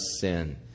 sin